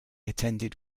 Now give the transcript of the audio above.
attended